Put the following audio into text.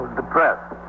depressed